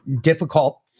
difficult